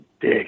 dick